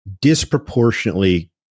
disproportionately